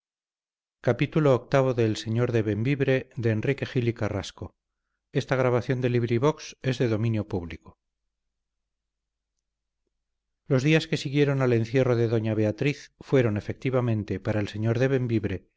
los días que siguieron al encierro de doña beatriz fueron efectivamente para el señor de